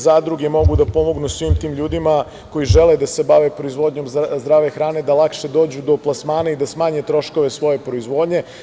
Zadruge mogu da pomognu svim tim ljudima koji žele da se bave proizvodnjom zdrave hrane, da lakše dođu do plasmana i da smanje troškove svoje proizvodnje.